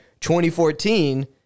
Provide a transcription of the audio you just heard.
2014